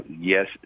yes